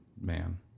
man